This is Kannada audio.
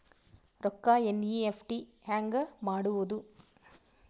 ರೊಕ್ಕ ಎನ್.ಇ.ಎಫ್.ಟಿ ಹ್ಯಾಂಗ್ ಮಾಡುವುದು?